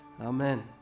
amen